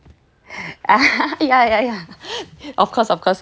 ya ya ya of course of course